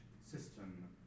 system